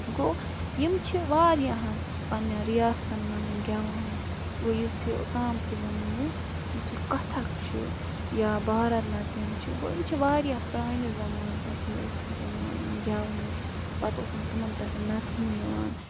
گوٚو یِم چھِ واریاہَس پَنٛنٮ۪ن رِیاستَن مَنٛز گٮ۪وان گوٚو یُس یہِ اوٚتام تہِ ووٚن مےٚ یُس یہِ کَتھَک چھُ یا بھارتنَتیَم چھِ گوٚو یِم چھِ واریاہ پرٛانہِ زَمانہٕ پٮ۪ٹھٕے ٲسۍمٕتۍ یِوان یِم گٮ۪ونہٕ پَتہٕ اوسمُت تِمَن پٮ۪ٹھ نَژنہٕ یِوان